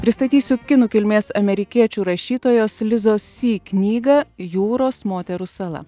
pristatysiu kinų kilmės amerikiečių rašytojos lizos sy knygą jūros moterų sala